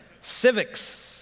Civics